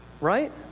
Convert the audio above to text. Right